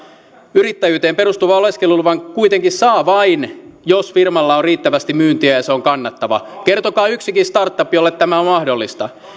yrittäjyyteen perustuvan oleskeluluvan kuitenkin saa vain jos firmalla on riittävästi myyntiä ja se on kannattava kertokaa yksikin startup jolle tämä on mahdollista